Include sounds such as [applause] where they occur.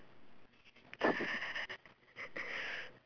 [laughs]